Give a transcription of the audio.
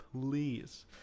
Please